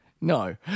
No